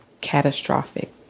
catastrophic